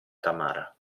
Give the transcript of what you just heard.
tamara